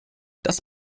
das